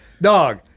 Dog